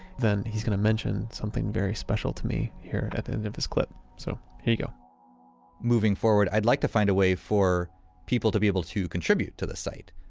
then he's going to mention something very special to me, here at the end of this clip. so here you go moving forward, i'd like to find a way for people to be able to contribute to this site.